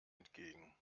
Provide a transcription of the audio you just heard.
entgegen